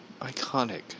iconic